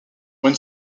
when